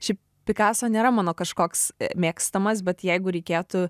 šiaip pikaso nėra mano kažkoks mėgstamas bet jeigu reikėtų